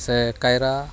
ᱥᱮ ᱠᱟᱭᱨᱟ